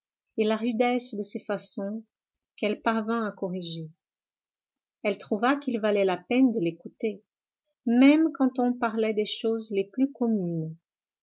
et la rudesse de ses façons qu'elle parvint à corriger elle trouva qu'il valait la peine de l'écouter même quand on parlait des choses les plus communes